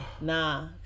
Nah